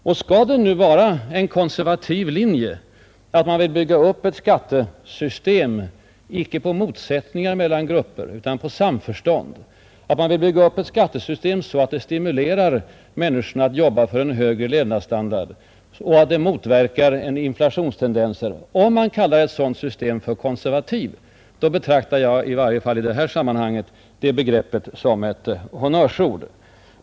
Om det nu skall anses vara en konservativ linje att man vill bygga ett skattesystem icke på motsättningar mellan grupper utan på samförstånd, att man vill ha ett skattesystem som stimulerar människorna att jobba för en högre levnadsstandard och som motverkar inflationstendenser — i så fall måste begreppet konservativ betraktas som ett honnörsord.